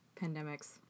Pandemics